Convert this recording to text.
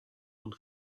und